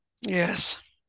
Yes